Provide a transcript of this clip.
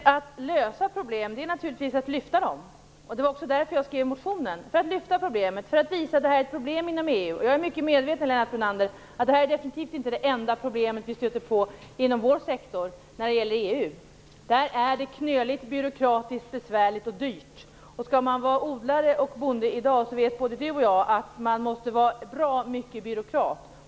Fru talman! Ett sätt att lösa problem är att lyfta fram dem. Avsikten med att jag skrev motionen var också att lyfta fram problemet och att visa att det finns inom EU. Jag är mycket medveten, Lennart Brunander, om att detta definitivt inte är det enda EU problem som vi stöter på inom vår sektor. Inom EU är det knöligt, byråkratiskt, besvärligt och dyrt. Både Lennart Brunander och jag vet att den som skall vara odlare eller bonde i dag måste vara bra mycket av byråkrat.